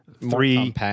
Three